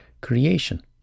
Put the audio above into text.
creation